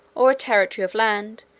or a territory of land,